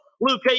Luke